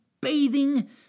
bathing